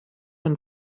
amb